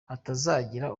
hatazagira